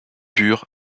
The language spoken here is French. pur